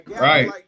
Right